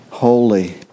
holy